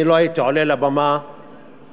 אני לא הייתי עולה לבמה אלמלא,